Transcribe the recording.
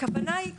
הכוונה היא,